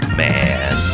man